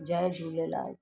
Jay Jhulelal